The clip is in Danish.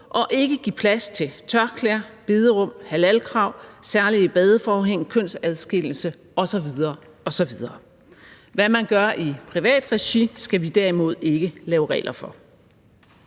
og ikke give plads til tørklæder, bederum, halalkrav, særlige badeforhæng, kønsadskillelse osv. osv. Hvad man gør i privat regi, skal vi derimod ikke lave regler for.